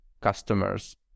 customers